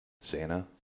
santa